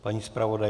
Paní zpravodajka?